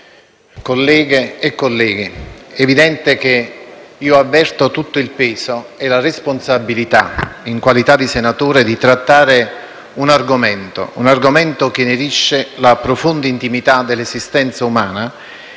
colleghe e colleghi, è evidente che io avverto tutto il peso e la responsabilità, in qualità di senatore, nel trattare un argomento che inerisce alla profonda intimità dell'esistenza umana